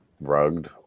rugged